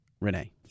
Renee